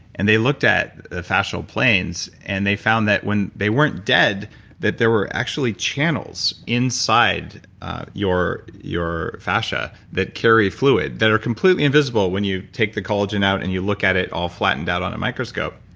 and they looked at the fascial planes, and they found that when they weren't dead that there were actually channels inside your your fascia that carry fluid that are completely invisible when you take the collagen out, and you look at it all flattened out on a microscope.